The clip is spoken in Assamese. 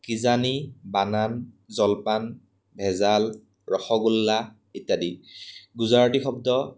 কিজানি বানান জলপান ভেজাল ৰসগোল্লা ইত্যাদি গুজৰাটী শব্দ